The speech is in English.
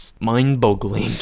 mind-boggling